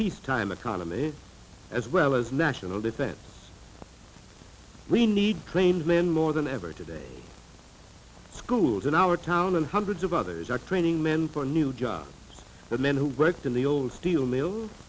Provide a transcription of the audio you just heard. peacetime economy as well as national defense we need claims men more than ever today schools in our town and hundreds of others are training men for new jobs the men who worked in the old steel mills